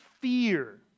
fear